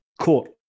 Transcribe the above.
court